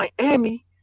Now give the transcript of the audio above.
Miami